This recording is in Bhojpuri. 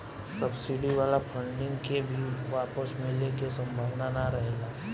सब्सिडी वाला फंडिंग के भी वापस मिले के सम्भावना ना रहेला